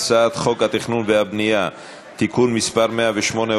הצעת חוק התכנון והבנייה (תיקון מס' 108,